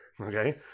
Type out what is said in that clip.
Okay